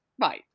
right